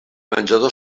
menjador